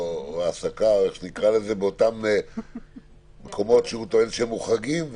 ההעסקה באותם מקומות שהוא טוען שהם מוחרגים.